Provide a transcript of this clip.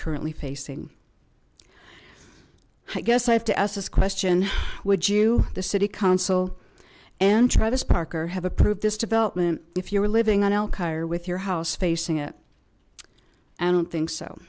currently facing i guess i have to ask this question would you the city council and travis parker have approved this development if you were living on l cairo with your house facing it i don't think so